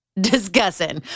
discussing